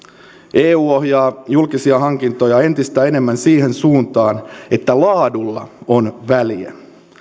eu ohjaa julkisia hankintoja entistä enemmän siihen suuntaan että laadulla on väliä